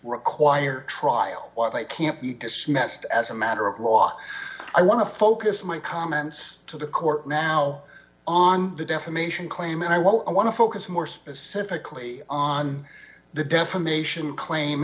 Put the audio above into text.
require trial why they can't be dismissed as a matter of law i want to focus my comments to the court now on the defamation claim and i won't i want to focus more specifically on the defamation claim